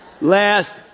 last